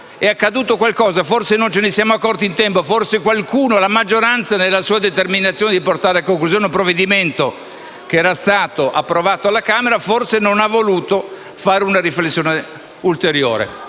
è accaduto qualcosa; forse non ce ne siamo accorti in tempo; forse qualcuno, la maggioranza, nella sua determinazione di portare a conclusione un provvedimento approvato alla Camera, non ha voluto fare una riflessione ulteriore.